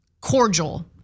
cordial